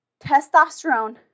Testosterone